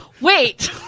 wait